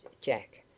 Jack